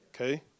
okay